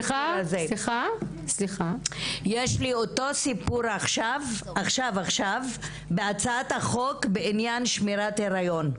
יש לי אותו סיפור עכשיו בהצעת החוק בעניין שמירת היריון.